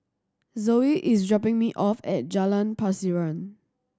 Zoe is dropping me off at Jalan Pasiran